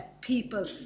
people